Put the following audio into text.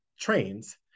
trains